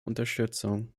unterstützung